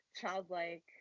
childlike